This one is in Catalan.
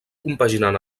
compaginant